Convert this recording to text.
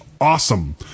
Awesome